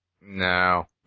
No